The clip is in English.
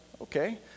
okay